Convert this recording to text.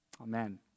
Amen